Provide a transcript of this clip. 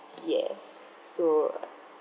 yes so